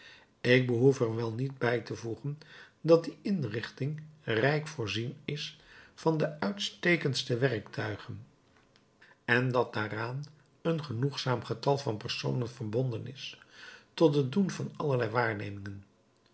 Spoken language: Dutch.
ik behoef er wel niet bij te voegen dat die inrichting rijk voorzien is van de uitstekendste werktuigen en dat daaraan een genoegzaam getal van personen verbonden is tot het doen van allerlei waarnemingen